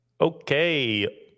okay